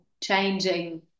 changing